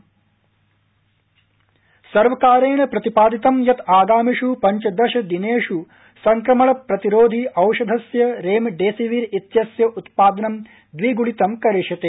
remdesivir सर्वकारेण प्रतिपादितं यत् आगामिषु पंचदश दिनेषु संक्रमण प्रतिरोधि औषधस्य रेमडेसिविर इत्यस्य उत्पादनं द्विगुणितं करिष्यते